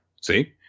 See